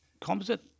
composite